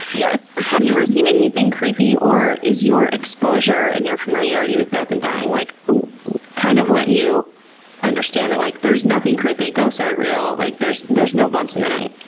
yes. have you ever seen anything creepy? or has your exposure and your familiarity with death and dying like kind of let you understand that like there's nothing creepy, ghosts aren't real, like there's there's no bumps in the night?